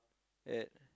at